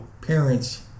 parents